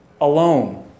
alone